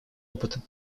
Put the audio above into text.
опытом